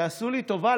תעשו לי טובה,